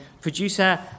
producer